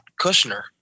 Kushner